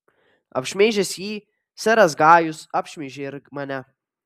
apšmeižęs jį seras gajus apšmeižė ir mane